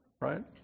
Right